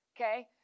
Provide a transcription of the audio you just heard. Okay